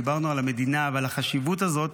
דיברנו על המדינה ועל החשיבות הזאת